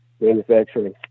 manufacturing